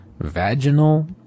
Vaginal